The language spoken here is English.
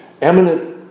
eminent